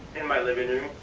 in my living room,